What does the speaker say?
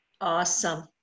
Awesome